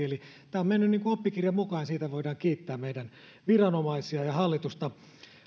eli tämä on mennyt niin kuin oppikirjan mukaan siitä voidaan kiittää meidän viranomaisia ja hallitusta